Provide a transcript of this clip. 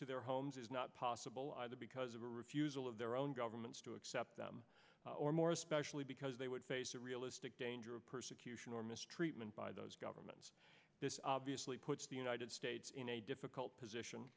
to their homes is not possible either because of a refusal of their own governments to accept them or more especially because they would face a realistic danger of persecution or mistreatment by those governments this obviously puts the united states in a difficult position